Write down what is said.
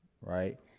right